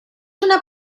una